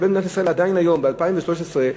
עדיין היום, ב-2013,